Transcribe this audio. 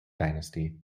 dynasty